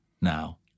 now